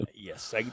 Yes